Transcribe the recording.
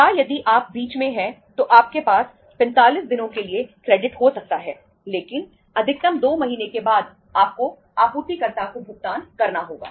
या यदि आप बीच में हैं तो आपके पास 45 दिनों के लिए क्रेडिट हो सकता है लेकिन अधिकतम 2 महीने के बाद आपको आपूर्तिकर्ता को भुगतान करना होगा